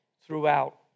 throughout